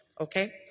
okay